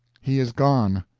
he is gone!